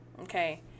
okay